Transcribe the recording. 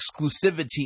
exclusivity